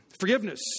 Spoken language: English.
Forgiveness